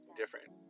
different